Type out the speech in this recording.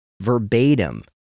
verbatim